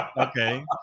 Okay